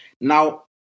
Now